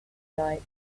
like